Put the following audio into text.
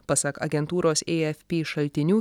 pasak agentūros ei ef py šaltinių